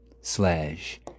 slash